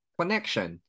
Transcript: connection